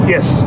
Yes